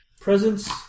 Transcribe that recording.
Presence